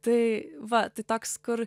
tai va tai toks kur